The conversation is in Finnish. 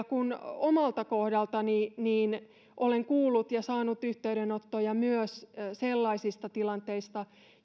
kun omalta kohdaltani olen kuullut ja saanut yhteydenottoja myös sellaisista tilanteista